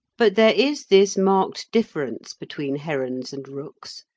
but there is this marked difference between herons and rooks,